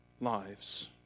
lives